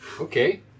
Okay